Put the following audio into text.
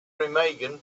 remagen